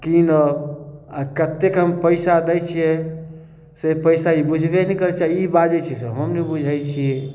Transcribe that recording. कीनब आ कतेक हम पइसा दै छियै से पइसा ई बुझबे नहि करै छै आ ई बाजै छै से हम नहि बुझै छियै